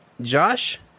Josh